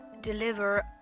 deliver